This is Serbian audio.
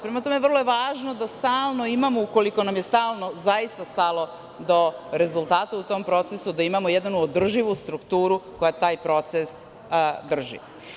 Prema tome, vrlo je važno da stalno imamo, ukoliko nam je stvarno zaista stalo do rezultata u tom procesu, jednu održivu strukturu koja taj proces drži.